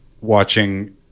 watching